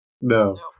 No